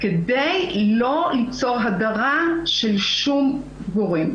כדי לא ליצור הדרה של שום גורם.